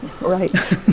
Right